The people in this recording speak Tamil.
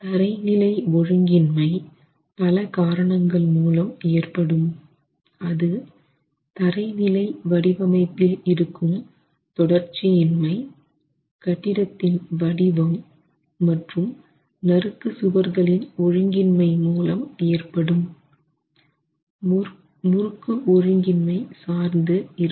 தரை நிலை ஒழுங்கின்மை பல காரணங்கள் மூலம் ஏற்படும் அது தரை நிலை வடிவமைப்பில் இருக்கும் தொடர்ச்சியின்மை கட்டிடத்தின் வடிவம் மற்றும் நறுக்கு சுவர்களின் ஒழுங்கின்மை மூலம் ஏற்படும் முறுக்கு ஒழுங்கின்மை சார்ந்து இருக்கும்